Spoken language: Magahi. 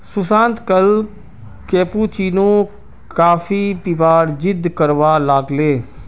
सुशांत कल कैपुचिनो कॉफी पीबार जिद्द करवा लाग ले